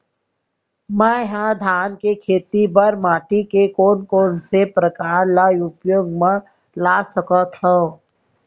मै ह धान के खेती बर माटी के कोन कोन से प्रकार ला उपयोग मा ला सकत हव?